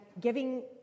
giving